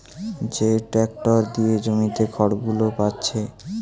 যে ট্যাক্টর দিয়ে জমিতে খড়গুলো পাচ্ছে